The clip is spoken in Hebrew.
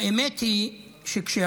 האמת היא שכשהחוק